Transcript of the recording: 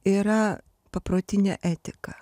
yra paprotinė etika